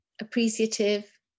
appreciative